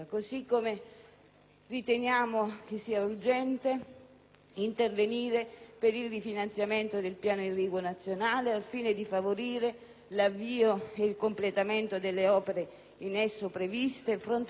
riteniamo urgente intervenire per il rifinanziamento del piano irriguo nazionale al fine di favorire l'avvio e il completamento delle opere in esso previste e fronteggiare e superare